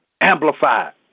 Amplified